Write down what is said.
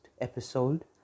episode